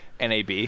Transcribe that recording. NAB